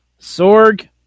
Sorg